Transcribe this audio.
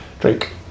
Drink